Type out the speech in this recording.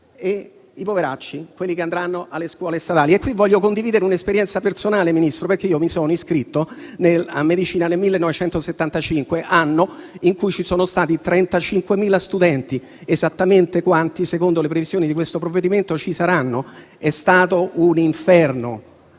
i poveracci, che andranno alle scuole statali. Voglio condividere un'esperienza personale, signor Ministro. Mi sono iscritto a medicina nel 1975, anno in cui ci sono stati 35.000 studenti, esattamente quanti, secondo le previsioni legate a questo provvedimento, ci saranno domani. È stato un inferno: